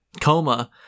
coma